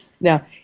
Now